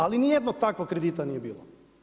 Ali nijednog takvog kredita nije bilo.